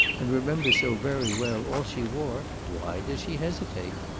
and remembers so very well all she wore, why does she hesitate?